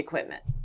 equipment.